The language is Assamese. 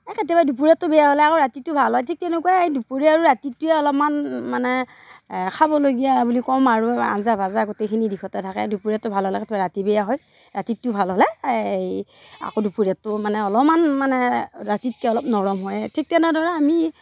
এই কেতিয়াবা দুপৰীয়াৰটো বেয়া হ'লে আকৌ ৰাতিৰটো ভাল হয় ঠিক তেনেকুৱাই দুপৰীয়া আৰু ৰাতিৰটোৱে অলপমান মানে খাবলগীয়া বুলি কম আৰু আঞ্জা ভজা গোটেইখিনি দিশতে থাকে দুপৰীয়াৰটো ভাল হ'লে ৰাতি বেয়া হয় ৰাতিৰটো ভাল হ'লে এই আকৌ দুপৰীয়াৰটো মানে অলপমান মানে ৰাতিতকৈ অলপ নৰম হয় ঠিক তেনেদৰে আমি